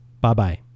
Bye-bye